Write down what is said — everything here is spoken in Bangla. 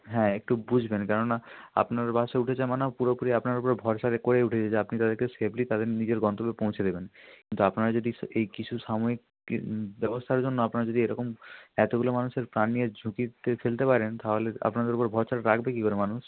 হ্যাঁ একটু বুঝবেন কেননা আপনার বাসে উঠেছে মানে ও পুরোপুরি আপনার উপরে ভরসা রে করেই উঠেছে যে আপনি তাদেরকে সেফলি তাদের নিজের গন্তব্যে পৌঁছে দেবেন কিন্তু আপনারা যদি এই কিছু সাময়িক ব্যবস্থার জন্য আপনারা যদি এরকম এতগুলো মানুষের প্রাণ নিয়ে ঝুঁকিতে ফেলতে পারেন তাহলে আপনাদের উপরে ভরসাটা রাখবে কী করে মানুষ